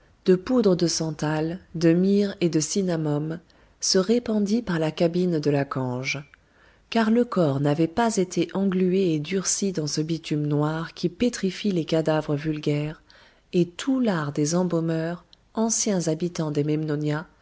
de poudre de santal de myrrhe et de cinnamome se répandit par la cabine de la cange car le corps n'avait pas été englué et durci dans ce bitume noir qui pétrifie les cadavres vulgaires et tout l'art des embaumeurs anciens habitants des